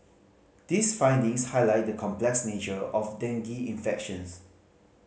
these findings highlight the complex nature of dengue infections